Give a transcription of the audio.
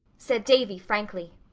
said davy frankly.